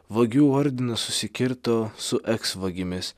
vagių ordinas susikirto su eksvagimis